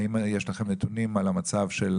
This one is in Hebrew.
האם יש לכם נתונים על המצב?